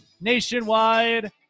nationwide